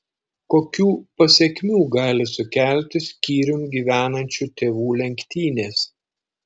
kokių pasekmių gali sukelti skyrium gyvenančių tėvų lenktynės